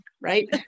right